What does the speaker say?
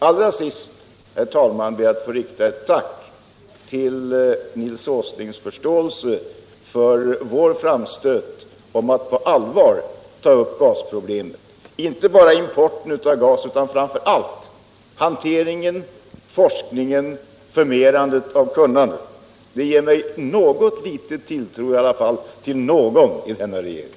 Allra sist, herr talman, ber jag att få rikta ett tack till Nils Åsling för hans förståelse för vår framstöt om att på allvar ta upp gasproblemet, inte bara importen av gas, utan framför allt hanteringen, forskningen, förmerandet av kunnandet. Det ger mig i alla fall litet tilltro till ndgon i den här regeringen.